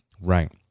Right